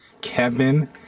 kevin